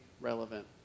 relevant